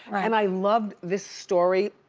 and i loved this story.